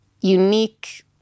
unique